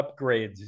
upgrades